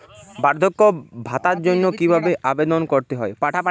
বার্ধক্য ভাতার জন্য কিভাবে আবেদন করতে হয়?